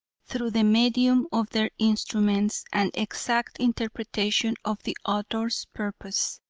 through the medium of their instruments, an exact interpretation of the author's purpose.